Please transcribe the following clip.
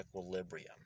equilibrium